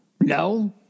No